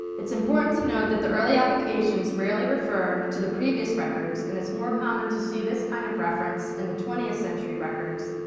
it's important to note that the early applications rarely refer to the previous records, and it's more common to see this kind of reference in and the twentieth century records.